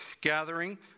gathering